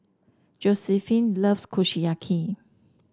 Josiephine loves Kushiyaki